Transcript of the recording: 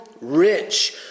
rich